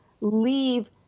leave